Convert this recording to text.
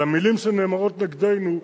על המלים שנאמרות נגדנו.